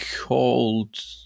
called